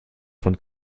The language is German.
von